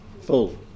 full